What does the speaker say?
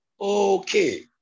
Okay